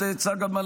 מה זה?